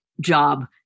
job